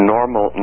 Normal